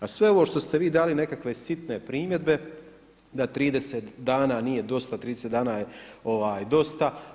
A sve ovo što ste vi dali nekakve sitne primjedbe da 30 dana nije dosta, 30 dana dosta.